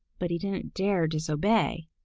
but he didn't dare disobey.